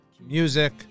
music